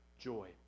joy